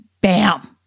bam